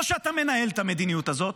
או שאתה מנהל את המדיניות הזאת,